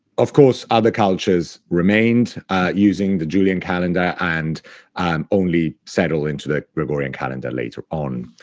of course, other cultures remained using the julian calendar and um only settle into the gregorian calendar later on.